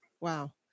Wow